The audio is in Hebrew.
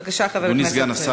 בבקשה, חבר הכנסת סעדי.